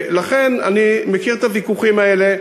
לכן, אני מכיר את הוויכוחים האלה.